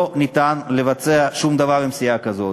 לא ניתן לבצע שום דבר עם סיעה כזאת,